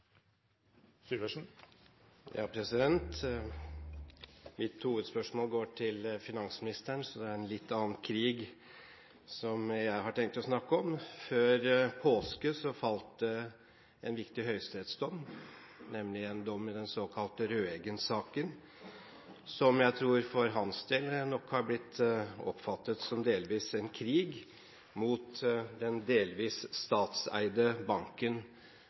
Mitt hovedspørsmål går til finansministeren, så det er en litt annen krig jeg har tenkt å snakke om. Før påske falt det en viktig høyesterettsdom, nemlig dom i den såkalte Røeggen-saken – som nok for hans del har blitt oppfattet som en krig mot den delvis statseide banken